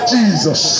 Jesus